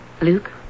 Luke